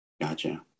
gotcha